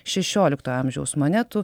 šešioliktojo amžiaus monetų